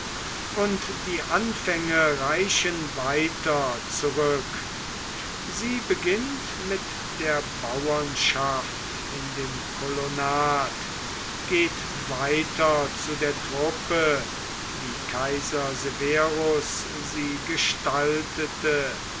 und die anfänge reichen weiter zurück sie beginnt mit der bauernschaft in dem kolonat geht weiter zu der truppe wie kaiser severus sie gestaltete